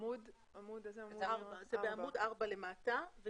בעמוד 4 למטה.